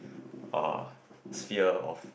uh sphere of